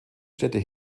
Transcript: städte